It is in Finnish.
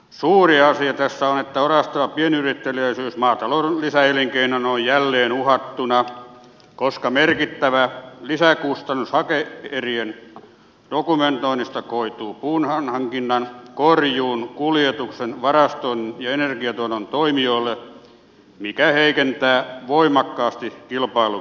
suuri asia tässä on että orastava pienyritteliäisyys maatalouden lisäelinkeinona on jälleen uhattuna koska merkittävä lisäkustannus hake erien dokumentoinnista koituu puun hankinnan korjuun kuljetuksen varastoinnin ja energiatuotannon toimijoille mikä heikentää voimakkaasti kilpailukykyä